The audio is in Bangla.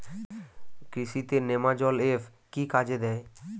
কৃষি তে নেমাজল এফ কি কাজে দেয়?